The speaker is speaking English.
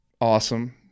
Awesome